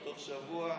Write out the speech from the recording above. תוך שבוע,